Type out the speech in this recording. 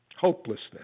Hopelessness